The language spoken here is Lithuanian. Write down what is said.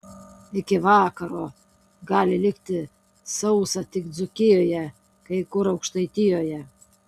iki vakaro gali likti sausa tik dzūkijoje kai kur aukštaitijoje